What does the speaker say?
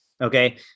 Okay